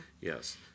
Yes